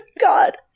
God